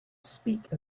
speak